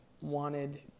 wanted